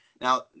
now